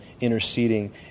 interceding